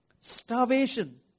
starvation